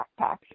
backpack